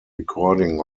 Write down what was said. recording